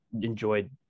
enjoyed